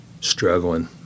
struggling